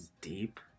deep